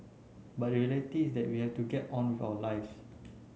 but the reality is that we have to get on with our lives